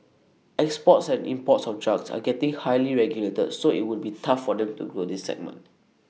exports and imports of drugs are getting highly regulated so IT would be tough for them to grow this segment